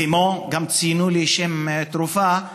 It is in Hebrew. כמו גם ציינו לי שם תרופה,